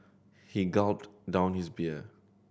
he gulped down his beer